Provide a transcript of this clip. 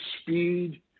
speed